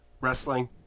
wrestling